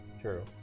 true